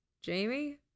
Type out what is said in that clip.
Jamie